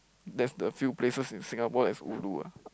there's the few places in Singapore that's ulu ah